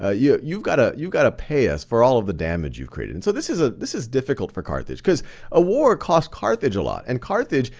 ah yeah you've gotta you've gotta pay us for all of the damage you created. and so this is ah this is difficult for carthage because a war cost carthage a lot, and carthage,